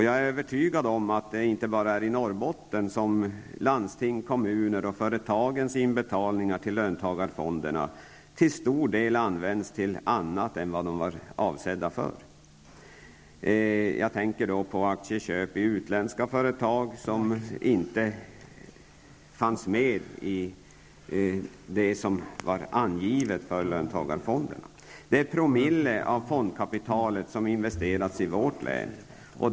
Jag är övertygad om att det inte bara är i Norrbotten som landstingens, kommuners och företagens inbetalningar till löntagarfonderna till stor del har använts till annat än vad de var avsedda för. Jag tänker då på aktieköp i utländska företag, vilket inte var angivet i riktlinjerna för löntagarfonderna. Det är promille av fondkapitalet som har investerats i vårt län.